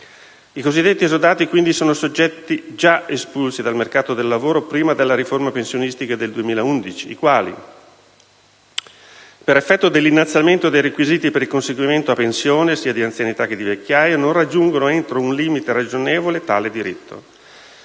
I cosiddetti esodati, quindi, sono soggetti già espulsi dal mercato del lavoro prima della riforma pensionistica del 2011, i quali, per effetto dell'innalzamento dei requisiti per il conseguimento a pensione (anzianità o vecchiaia), non raggiungono entro un limite ragionevole tale diritto.